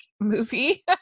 movie